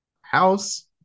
house